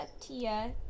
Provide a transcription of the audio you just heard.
Tia